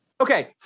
Okay